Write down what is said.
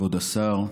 כבוד השר,